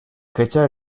хотя